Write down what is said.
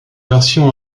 version